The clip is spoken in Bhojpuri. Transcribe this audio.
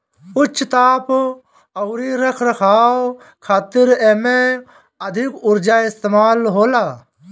उच्च ताप अउरी रख रखाव खातिर एमे अधिका उर्जा इस्तेमाल होला